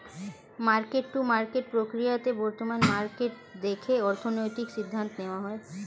market to market প্রক্রিয়াতে বর্তমান market দেখে অর্থনৈতিক সিদ্ধান্ত নেওয়া হয়